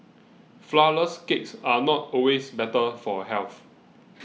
Flourless Cakes are not always better for health